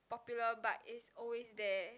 popular but is always there